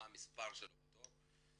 מה המספר שלו בתור,